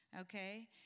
okay